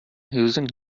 using